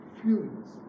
feelings